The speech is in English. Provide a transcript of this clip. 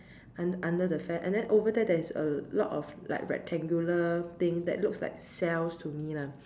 under the fair and then over there there is a lot of like rectangular thing that look like cells to me lah